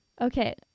Okay